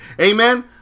Amen